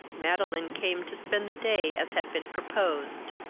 madeline came to spend the day as had been proposed.